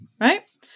Right